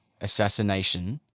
assassination